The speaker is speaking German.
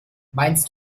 meinst